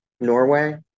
Norway